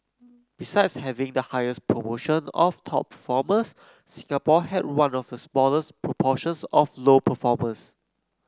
besides having the highest proportion of top performers Singapore had one of the smallest proportions of low performers